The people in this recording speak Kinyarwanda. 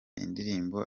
indirimbo